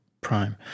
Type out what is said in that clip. prime